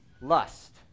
lust